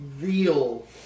real